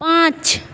পাঁচ